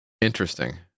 interesting